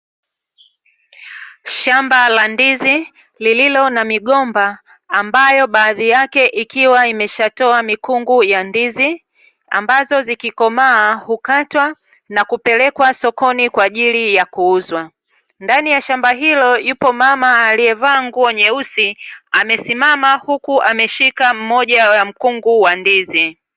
Shamba la ndizi lililo na migomba ambayo baadhi yake ikiwa imeshatoa mikungu ya ndizi, ambazo zikikomaa hukatwa na kupelekwa sokoni kwa ajili ya kuuzwa. Ndani ya shamba hilo yupo mama aliyevaa nguo nyeusi, amesimama huku ameshika mmoja ya mkungu wa ndizi.